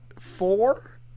four